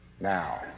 Now